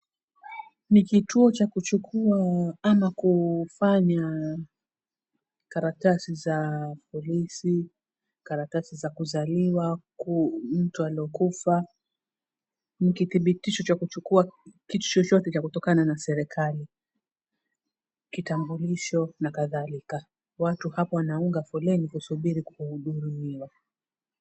Ni kituo cha kuchukua ama kufanya karatasi za polisi, karatasi za kuzaliwa, mtu alokufa, ni kidhibitisho cha kuchukua kitu chochote cha kutokana na serikali; kitambulisho nakadhalika. Watu hapa wanaunga foleni kusubiri kuhudumiwa.